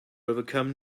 overcome